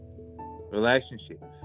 Relationships